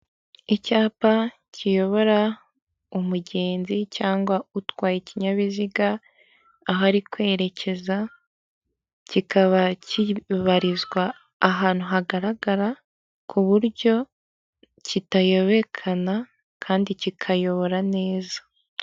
Icyapa kiyobora umugenzi cyangwa utwaye ikinyabiziga aho ari kwerekeza, kikaba kibarizwa ahantu hagaragara, ku buryo kitayobekana kandi kikayobora neza.